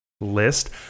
list